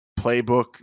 playbook